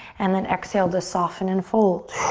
and then exhale to soften and fold.